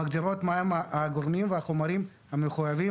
מגדירות מה הם הגורמים והחומרים המחייבים